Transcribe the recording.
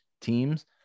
teams